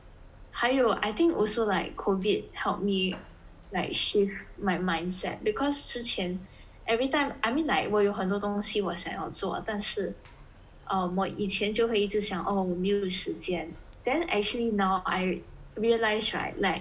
还有 I think also like COVID helped me like shift my mindset cause 之前 everytime I mean like 我有很多东西我想要做但是 um 我以前就会一直想哦我没有时间 then actually now I realise right like